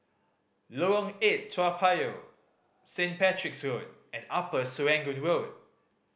Lorong Eight Toa Payoh Saint Patrick's Road and Upper Serangoon Road